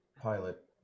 pilot